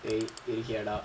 dey இல்லடா:illadaa